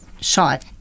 shot